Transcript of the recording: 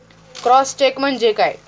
Cross check म्हणजे काय?